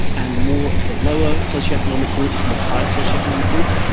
and more of the lower socio-economic groups than the higher socio-economic groups.